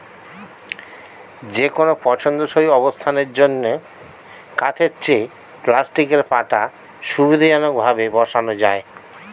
যেকোনো পছন্দসই অবস্থানের জন্য কাঠের চেয়ে প্লাস্টিকের পাটা সুবিধাজনকভাবে বসানো যায়